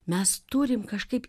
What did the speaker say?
mes turim kažkaip